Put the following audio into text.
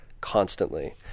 constantly